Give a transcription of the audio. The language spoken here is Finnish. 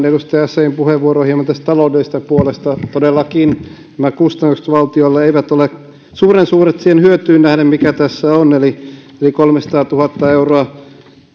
edustaja essayahin puheenvuoroon hieman tästä taloudellisesta puolesta todellakin nämä kustannukset valtiolle eivät ole suuren suuret siihen hyötyyn nähden mikä tässä on eli kolmesataatuhatta euroa